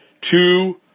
two